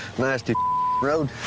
nasty road.